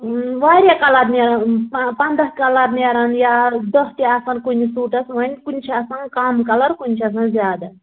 اۭں واریاہ کَلر نٮ۪ران پَنٛداہ کَلَر نٮ۪رَن یا دہ تہِ آسَن کُنہِ سوٗٹَس وۄنۍ کُنہِ چھِ آسان کَم کَلَر کُنہِ چھِ آسان زیادٕ